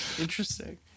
interesting